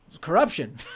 corruption